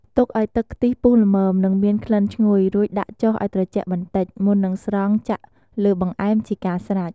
ទុកឱ្យទឹកខ្ទិះពុះល្មម និងមានក្លិនឈ្ងុយ រួចដាក់ចុះឱ្យត្រជាក់បន្តិច មុននឹងស្រង់ចាក់លើបង្អែម ជាការស្រេច។